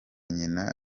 nyina